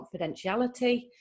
confidentiality